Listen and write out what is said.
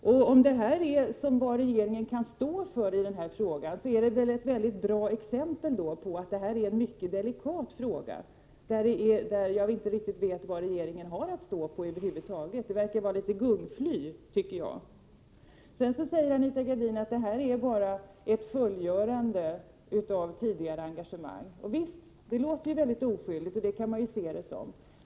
Om det här är vad regeringen kan stå för i denna fråga, är det väl ett mycket bra exempel på att det är en mycket delikat fråga. Jag vet inte riktigt vad regeringen har att stå på över huvud taget. Det verkar närmast vara ett gungfly. Anita Gradin säger vidare att det bara är fråga om ett fullgörande av ett tidigare engagemang. Visst, det låter ju mycket oskyldigt, om man kan se det så.